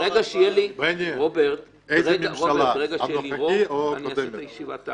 ברגע שיהיה לי רוב, תהיה ישיבה.